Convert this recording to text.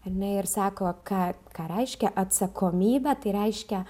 ane ir sako ką ką reiškia atsakomybę tai reiškia